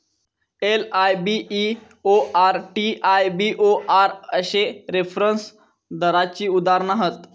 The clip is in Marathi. एल.आय.बी.ई.ओ.आर, टी.आय.बी.ओ.आर अश्ये रेफरन्स दराची उदाहरणा हत